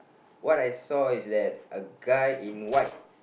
what I saw is that a guy in white